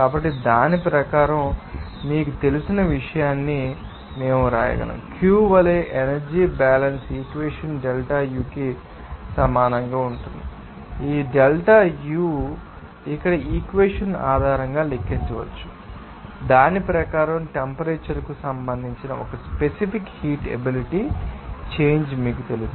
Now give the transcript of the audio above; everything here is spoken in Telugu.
కాబట్టి దాని ప్రకారం మీకు తెలిసిన ఈ విషయాన్ని మేము వ్రాయగలము Q వలె energy balance equation delta U కి సమానంగా ఉంటుంది మరియు ఈ డెల్టా డెల్టా U ఇక్కడ ఈ ఈక్వెషన్ ఆధారంగా లెక్కించబడుతుంది దాని ప్రకారం టెంపరేచర్ కు సంబంధించి ఒక స్పెసిఫిక్ హీట్ ఎబిలిటీ చేంజ్ మీకు తెలుసు